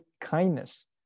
kindness